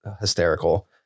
hysterical